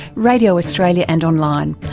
radio australia and online.